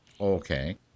Okay